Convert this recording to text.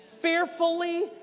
Fearfully